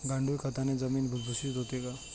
गांडूळ खताने जमीन भुसभुशीत होते का?